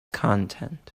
content